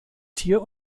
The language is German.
tier